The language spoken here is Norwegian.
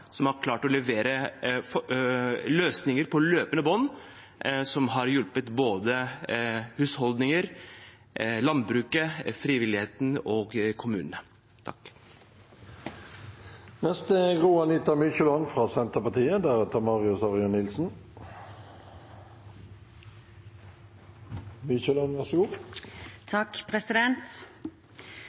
som har klart å levere løsninger på løpende bånd, som har hjulpet både husholdninger, landbruket, frivilligheten og kommunene.